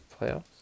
playoffs